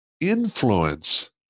influence